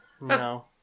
no